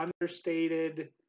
understated